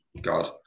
God